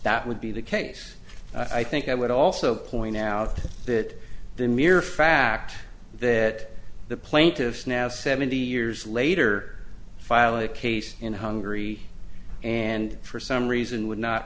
that would be the case i think i would also point out that the mere fact that the plaintiffs now seventy years later file a case in hungary and for some reason would not